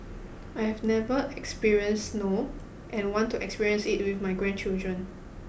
I have never experienced snow and want to experience it with my grandchildren